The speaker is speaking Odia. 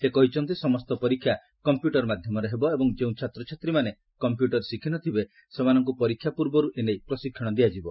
ସେ କହିଛନ୍ତି ସମସ୍ତ ପରୀକ୍ଷା କମ୍ପ୍ୟୁଟର ମାଧ୍ୟମରେ ହେବ ଏବଂ ଯେଉଁ ଛାତ୍ରଛାତ୍ରୀମାଣେନ କମ୍ପ୍ୟୁଟର ଶିଖି ନ ଥିବେ ସେମାନଙ୍କୁ ପରୀକ୍ଷା ପୂର୍ବରୁ ଏ ନେଇ ପ୍ରଶିକ୍ଷଣ ଦିଆଯିବ